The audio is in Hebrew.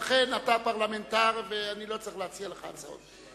לכן, אתה פרלמנטר ואני לא צריך להציע לך הצעות.